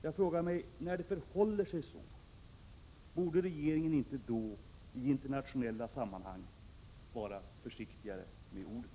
Jag frågar mig: När det förhåller sig så, borde inte regeringen i internationella sammanhang vara mer försiktig med orden?